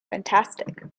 fantastic